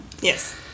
yes